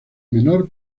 menor